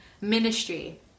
ministry